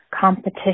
competition